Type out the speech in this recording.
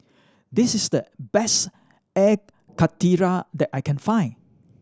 this is the best Air Karthira that I can find